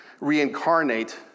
reincarnate